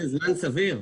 סביר.